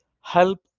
help